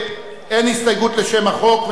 אין הסתייגות לשם החוק,